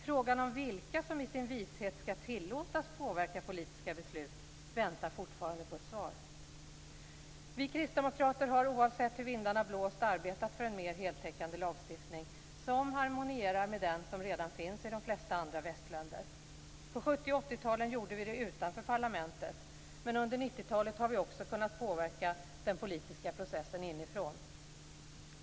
Frågan om vilka som i sin vishet skall tillåtas påverka politiska beslut väntar fortfarande på ett svar. Vi kristdemokrater har oavsett hur vindarna blåst arbetat för en mer heltäckande lagstiftning, som harmonierar med den som redan finns i de flesta andra västländer. På 70 och 80-talen gjorde vi det utanför parlamentet, men under 90-talet har vi också kunnat påverka den politiska processen inifrån.